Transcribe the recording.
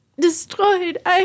destroyed